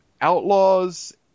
Outlaws